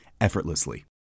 effortlessly